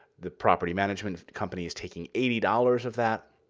the property management company is taking eighty dollars of that.